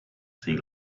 sea